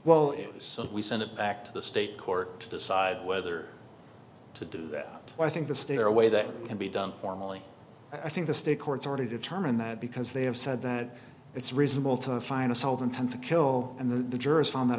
so we send it back to the state court to decide whether to do that i think the stairway that can be done formally i think the state courts already determine that because they have said that it's reasonable to find a solvent and to kill and then the jurors found that